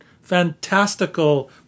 fantastical